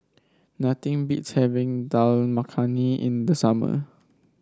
nothing beats having Dal Makhani in the summer